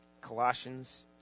Colossians